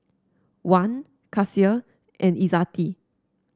Wan Kasih and Izzati